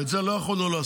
ואת זה אני לא יכול לעשות,